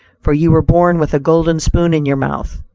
for you were born with a golden spoon in your mouth.